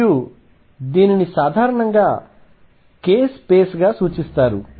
మరియు దీనిని సాధారణంగా k స్పేస్గా సూచిస్తారు